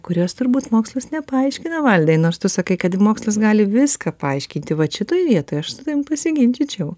kurios turbūt mokslas nepaaiškina valdai nors tu sakai kad mokslas gali viską paaiškinti vat šitoj vietoj aš su tavim pasiginčyčiau